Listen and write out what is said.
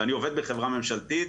ואני עובד בחברה ממשלתית,